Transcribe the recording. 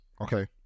Okay